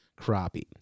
crappie